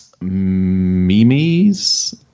Mimi's